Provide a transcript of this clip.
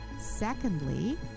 Secondly